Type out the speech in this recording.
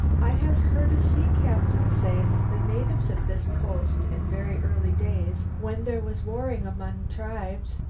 i have heard a sea captain say that the natives of this coast, in very early days, when there was warring among tribes,